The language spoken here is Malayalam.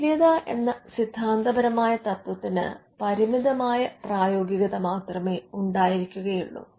തുല്യത എന്ന സിദ്ധാന്തപരമായ തത്വത്തിന് പരിമിതമായ പ്രായോഗികത മാത്രമേ ഉണ്ടായിരിക്കയുള്ളു